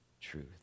truth